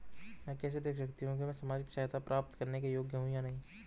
मैं कैसे देख सकती हूँ कि मैं सामाजिक सहायता प्राप्त करने के योग्य हूँ या नहीं?